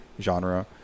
genre